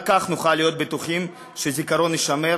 רק כך נוכל להיות בטוחים שהזיכרון יישמר